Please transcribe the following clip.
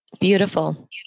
Beautiful